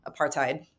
apartheid